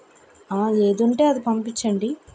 ఏది ఉంటే అది పంపించండి